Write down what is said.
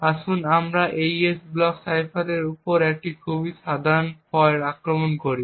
আসুন আমরা AES block সাইফারের উপর একটি খুব সাধারণ ফল্ট আক্রমণ করি